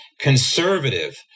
conservative